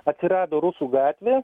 atsirado rusų gatvė